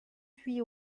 huit